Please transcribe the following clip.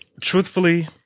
truthfully